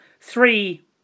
three